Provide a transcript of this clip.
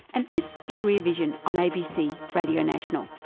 and this is rear vision on abc radio national.